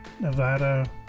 Nevada